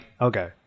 Okay